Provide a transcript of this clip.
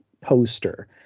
poster